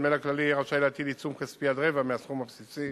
המנהל הכללי יהיה רשאי להטיל עיצום כספי עד רבע מהסכום הבסיסי,